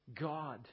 God